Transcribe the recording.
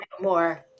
more